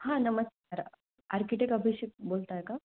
हां नमस्कार आर्किटेक् अभिषेक बोलत आहेत का